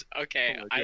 Okay